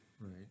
Right